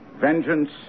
vengeance